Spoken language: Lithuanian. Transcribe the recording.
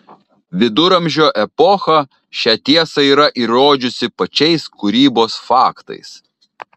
viduramžio epocha šią tiesą yra įrodžiusi pačiais kūrybos faktais